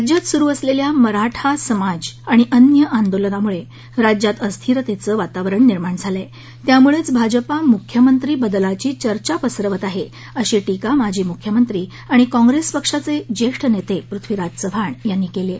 राज्यात सुरू झालेल्या मराठा समाज आणि अन्य आंदोलनामुळे राज्यात अस्थिरतेचं वातावरण निर्माण झालं आहे त्यामुळेच भाजपा मुख्यमंत्री बदलाची चर्चा पसरवत आहे अशी टीका माजी मुख्यमंत्री आणि काँग्रेस पक्षाचे ज्येष्ठ नेते पृथ्वीराज चव्हाण यांनी केली आहे